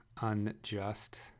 unjust